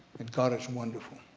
and god it's wonderful.